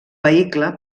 vehicle